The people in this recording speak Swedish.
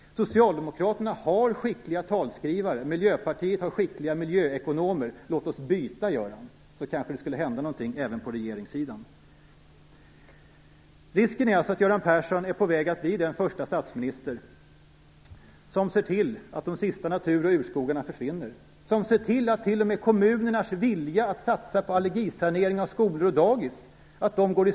Socialdemokraterna har skickliga talskrivare. Miljöpartiet har skickliga miljöekonomer. Låt oss byta, Göran Persson, så kanske det skulle hända någonting även på regeringssidan. Risken är att Göran Persson är på väg att bli den statsminister som ser till att de sista natur och urskogarna försvinner, som ser till att t.o.m. kommunernas vilja att satsa på allergisanering av skolor och dagis går i stöpet.